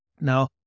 Now